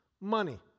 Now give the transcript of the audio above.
Money